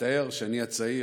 מצטער שאני הצעיר,